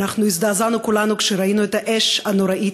אנחנו הזדעזענו כולנו כשראינו את האש הנוראית,